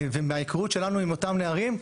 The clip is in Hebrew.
ומההכרות שלנו עם אותם נערים,